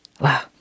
Wow